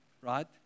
right